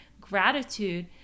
gratitude